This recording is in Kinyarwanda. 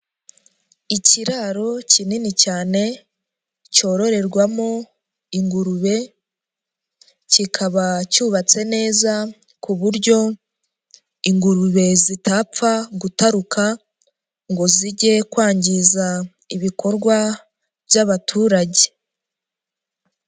Ikiraro kinini cyane cyororerwamo ingurube kikaba cyubatse neza ku buryo ingurube zitapfa gutaruka ngo zijye kwangiza ibikorwa by'abaturage.